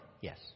Yes